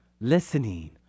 listening